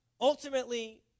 ultimately